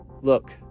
Look